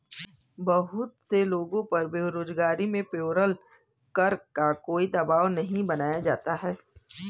बहुत से लोगों पर बेरोजगारी में पेरोल कर का कोई दवाब नहीं बनाया जाता है